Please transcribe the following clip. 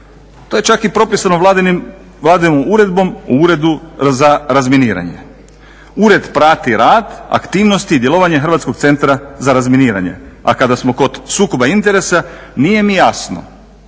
To je čak i propisano vladinom uredbom o Uredu za razminiranje. Ured prati rad, aktivnost i djelovanje HCR-a, a kada smo kod sukoba interesa nije mi jasno